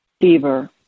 fever